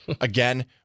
again